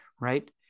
right